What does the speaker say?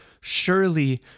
surely